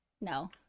No